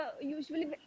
usually